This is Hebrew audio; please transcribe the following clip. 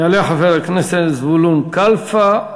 יעלה חבר הכנסת זבולון קלפה,